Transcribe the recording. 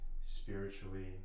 spiritually